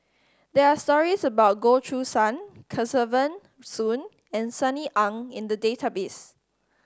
there are stories about Goh Choo San Kesavan Soon and Sunny Ang in the database